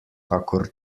kakor